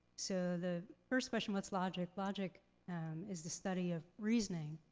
so the first question, what's logic? logic is the study of reasoning.